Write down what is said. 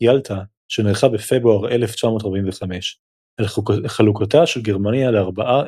יאלטה שנערכה בפברואר 1945 על חלוקתה של גרמניה לארבעה